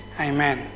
Amen